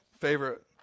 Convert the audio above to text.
favorite